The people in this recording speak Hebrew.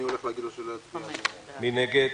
מי נגד?